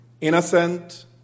Innocent